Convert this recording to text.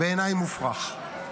בעיניי מופרך.